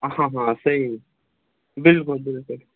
آ ہا ہا صحیح بِلکُل بِلکُل